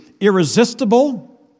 irresistible